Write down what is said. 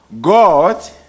God